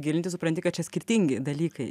gilintis supranti kad čia skirtingi dalykai